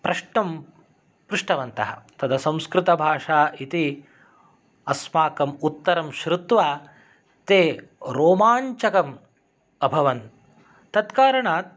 प्रश्नं पृष्टवन्तः तदा संस्कृतभाषा इति अस्माकम् उत्तरं श्रुत्वा ते रोमाञ्चकम् अभवन् तत्कारणात्